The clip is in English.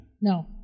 No